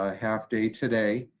ah half day today